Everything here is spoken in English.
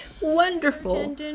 wonderful